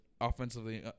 offensively